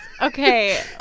okay